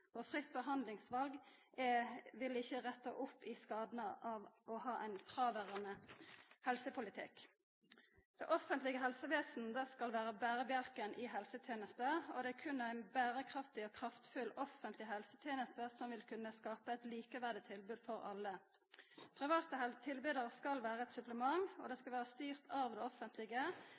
for fritt behandlingsval vil ikkje retta opp i skadane ved å ha ein fråverande helsepolitikk. Det offentlege helsevesenet skal vera berebjelken i helsetenesta. Det er berre ei berekraftig og kraftfull offentleg helseteneste som vil kunna skapa eit likeverdig tilbod for alle. Private tilbydarar skal vera eit supplement, og det skal vera styrt av det offentlege.